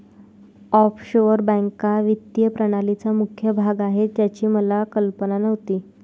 offshore बँका वित्तीय प्रणालीचा मुख्य भाग आहेत याची मला कल्पना नव्हती